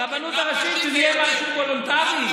הרבנות הראשית, שיהיה משהו וולונטרי.